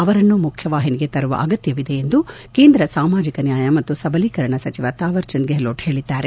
ಅವರನ್ನು ಮುಖ್ಯವಾಹಿನಿಗೆ ತರುವ ಅಗತ್ತವಿದೆ ಎಂದು ಕೇಂದ್ರ ಸಾಮಾಜಿಕ ನ್ವಾಯ ಮತ್ತು ಸಬಲೀಕರಣ ಸಚಿವ ತಾವರ್ಚಂದ್ ಗೆಹ್ಲೋಟ್ ಹೇಳಿದ್ದಾರೆ